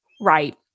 Right